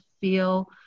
feel